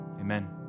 Amen